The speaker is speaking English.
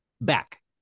back